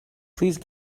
please